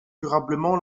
durablement